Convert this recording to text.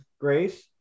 grace